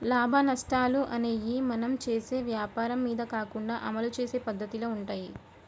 లాభనష్టాలు అనేయ్యి మనం చేసే వ్వాపారం మీద కాకుండా అమలు చేసే పద్దతిలో వుంటయ్యి